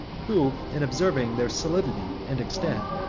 who, in observing their solidity and extent,